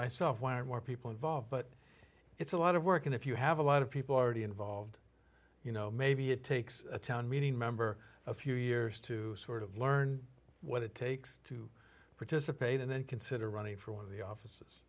myself why are more people involved but it's a lot of work and if you have a lot of people already involved you know maybe it takes a town meeting member a few years to sort of learn what it takes to participate and then consider running for one of the offices